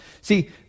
See